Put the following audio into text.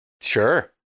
Sure